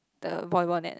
the volleyball net